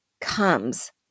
comes